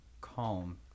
calm